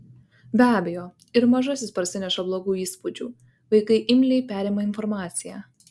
be abejo ir mažasis parsineša blogų įspūdžių vaikai imliai perima informaciją